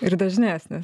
ir dažnesnis